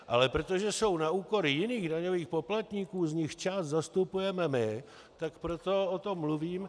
Ale protože jsou na úkor jiných daňových poplatníků, z nichž část zastupujeme my, tak proto o tom mluvím.